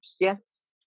yes